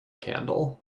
candle